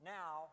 now